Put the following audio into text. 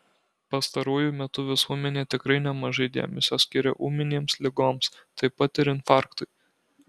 pastaruoju metu visuomenė tikrai nemažai dėmesio skiria ūminėms ligoms taip pat ir infarktui